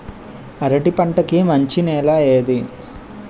అరటి పంట కి మంచి నెల ఏది?